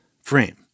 frame